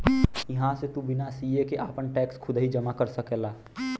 इहां से तू बिना सीए के आपन टैक्स खुदही जमा कर सकला